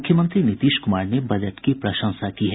मुख्यमंत्री नीतीश कुमार ने बजट की प्रशंसा की है